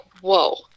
whoa